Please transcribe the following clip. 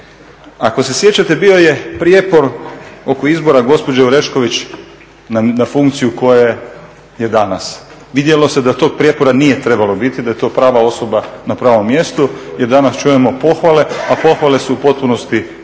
Ako se sjećate bio je prijepor oko izbora gospođe Orešković na funkciju na kojoj je danas. Vidjelo se da tog prijepora nije trebalo biti, da je to prava osoba na pravom mjestu jer danas čujemo pohvale, a pohvale su u potpunosti opravdane